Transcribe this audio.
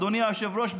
אדוני היושב-ראש,